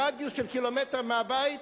ברדיוס של קילומטר מהבית,